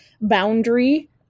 boundary